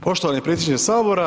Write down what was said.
Poštovani predsjedniče Sabora.